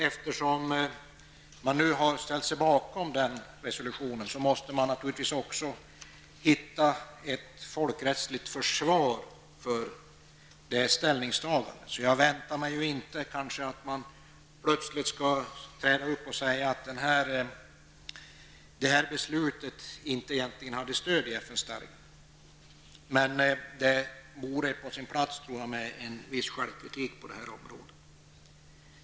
Eftersom man nu har ställt sig bakom den resolutionen måste man naturligtvis även hitta ett folkrättsligt försvar för det ställningstagandet. Jag väntar mig kanske inte att man plötsligt skall ställa upp och säga att det här beslutet egentligen inte hade stöd i FNstadgan, men det vore på sin plats, tror jag, med en viss självkritik på det här området.